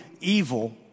evil